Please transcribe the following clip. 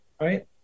right